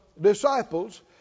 disciples